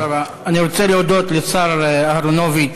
אני רוצה להודות לשר אהרונוביץ,